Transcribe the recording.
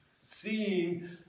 Seeing